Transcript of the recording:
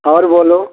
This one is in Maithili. आओर बोलू